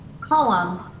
columns